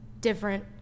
different